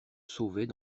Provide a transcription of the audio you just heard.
sauvaient